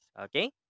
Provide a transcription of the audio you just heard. Okay